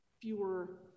fewer